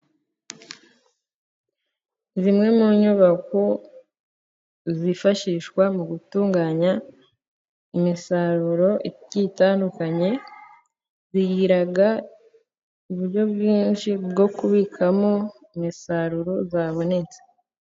Zimwe mu nyubako zifashishwa mu gutunganya imisaruro igiye itandukanye, bigira uburyo bwinshi bwo kubikamo, imisaruro yabonetse.